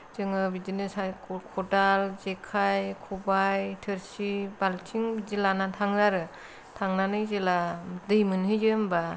जोङो बिदिनो खदाल जेखाइ खबाय थोरसि बाल्थिं बिदि लाना थाङो आरो थांनानै जेला दै मोनहैयो होम्बा